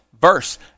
verse